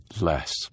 less